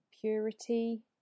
purity